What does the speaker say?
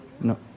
No